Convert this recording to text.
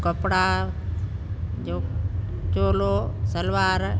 कपिड़ा जो चोलो सलवारु